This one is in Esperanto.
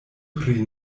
pri